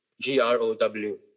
G-R-O-W